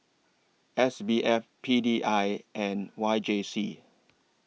S B F P D I and Y J C